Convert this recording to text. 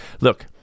Look